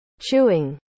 Chewing